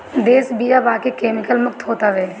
देशी बिया बाकी केमिकल मुक्त होत हवे